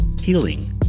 healing